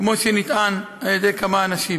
כמו שנטען על ידי כמה אנשים.